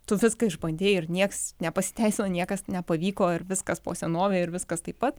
tu viską išbandei ir niekas nepasiteisino niekas nepavyko ir viskas po senovei ir viskas taip pat